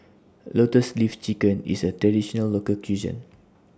Lotus Leaf Chicken IS A Traditional Local Cuisine